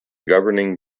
governing